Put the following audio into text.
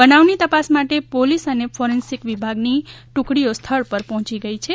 બનાવની તપાસ માટે પોલીસ અને ફેરેન્સિક વિભાગ ની ટુકડીઓ સ્થળ ઉપર પહોંચી ગઈ છે